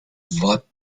what